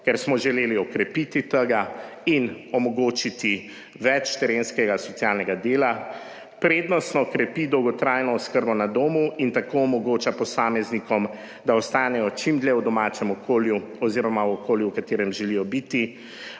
ker smo želeli okrepiti tega in omogočiti več terenskega socialnega dela, prednostno krepi dolgotrajno oskrbo na domu in tako omogoča posameznikom, da ostanejo čim dlje v domačem okolju oziroma v okolju, v katerem želijo biti,